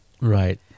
Right